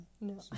No